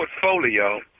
portfolio